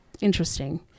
interesting